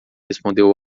respondeu